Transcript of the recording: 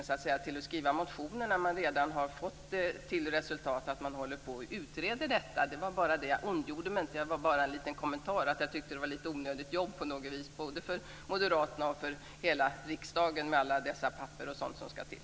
Varför använda tiden till att skriva motioner när man redan har fått till resultat att detta håller på att utredas? Jag ondgjorde mig inte. Det var bara en kommentar därför att jag tycker att det var ett lite onödigt jobb både för moderaterna och för hela riksdagen med alla dessa papper och annat som ska till.